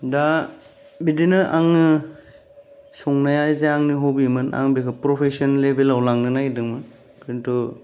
दा बिदिनो आङो संनाया जा आंनि हबिमोन आङो बेखो प्रफेसन लेबेलाव लांनो नागिरदोंमोन किन्तु